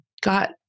got